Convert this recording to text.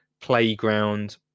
playground